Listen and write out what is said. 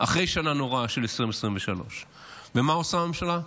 אחרי השנה הנוראה של 2023. ומה עושה הממשלה הזאת?